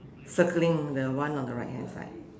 circling the one on the right hand side